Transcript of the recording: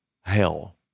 hell